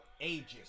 ages